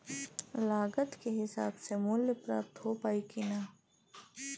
लागत के हिसाब से मूल्य प्राप्त हो पायी की ना?